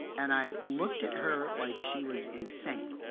and i looked at her like she was insane,